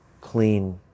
clean